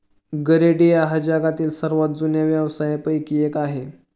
गरेडिया हा जगातील सर्वात जुन्या व्यवसायांपैकी एक आहे